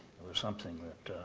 there was something that